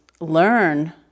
learn